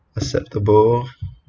acceptable